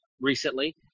recently